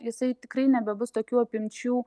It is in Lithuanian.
jisai tikrai nebebus tokių apimčių